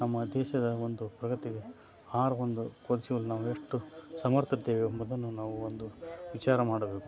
ನಮ್ಮ ದೇಶದ ಒಂದು ಪ್ರಗತಿಗೆ ಆಹಾರವನ್ನು ಒಂದು ಒದಗಿಸುವಲ್ಲಿ ನಾವೆಷ್ಟು ಸಮರ್ಥರಿದ್ದೇವೆ ಎಂಬುದನ್ನು ನಾವು ಒಂದು ವಿಚಾರ ಮಾಡಬೇಕು